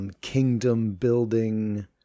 kingdom-building